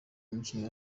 umukinnyi